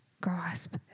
Grasp